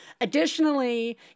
Additionally